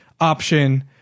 option